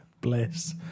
Bless